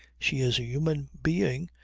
she is a human being,